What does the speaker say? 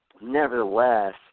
nevertheless